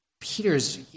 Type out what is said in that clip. Peter's